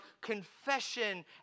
confession